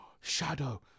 shadow